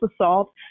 assault